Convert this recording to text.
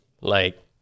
like-